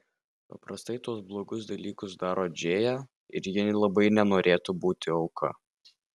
paprastai tuos blogus dalykus daro džėja ir ji labai nenorėtų būti auka